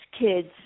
kids